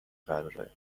قراره